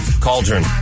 cauldron